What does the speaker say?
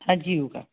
हाँ जी होगा